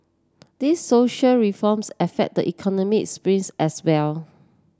these social reforms affect the economic as well